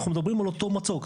אנחנו מדברים על אותו מצוק.